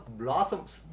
blossoms